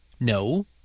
No